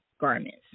garments